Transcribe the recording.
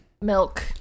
milk